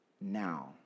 now